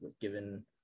given